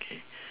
K